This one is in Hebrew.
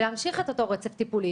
ולהמשיך את אותו רצף טיפולי.